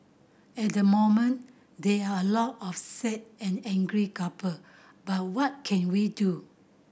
at the moment there are a lot of sad and angry couple but what can we do